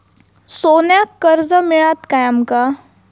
सोन्याक कर्ज मिळात काय आमका?